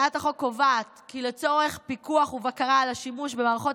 הצעת החוק קובעת כי לצורך פיקוח ובקרה על השימוש במערכות